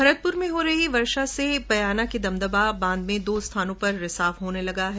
भरतपुर में हो रही वर्षा से बयाना के दमदमा बांध में दो स्थानों से रिसाव होने लगा है